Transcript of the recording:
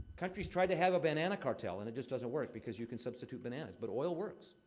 countries tried to have a banana cartel and it just doesn't work, because you can substitute bananas, but oil works.